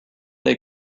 they